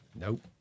Nope